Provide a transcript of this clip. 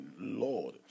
Lord